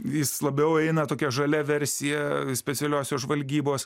jis labiau eina tokia žalia versija specialiosios žvalgybos